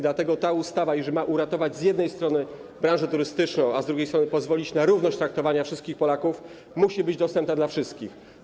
Dlatego ta ustawa, jeżeli ma uratować z jednej strony branżę turystyczną, a z drugiej strony pozwolić na równość traktowania wszystkich Polaków, musi być dostępna dla wszystkich.